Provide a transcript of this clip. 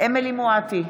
אמילי חיה מואטי,